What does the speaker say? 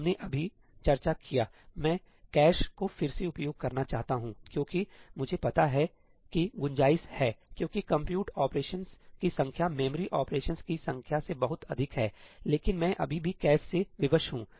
हमने अभी सही चर्चा किया मैं कैश को फिर से उपयोग करना चाहता हूंक्योंकि मुझे पता है कि गुंजाइश हैक्योंकि कंप्यूट ऑपरेशनकी संख्या मेमोरी ऑपरेशन की संख्या से बहुत अधिक हैलेकिन मैं अभी भी कैश से विवश हूं